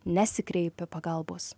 nesikreipia pagalbos